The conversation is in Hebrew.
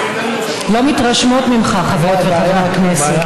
לא מתרשמות ממך חברות וחברי הכנסת.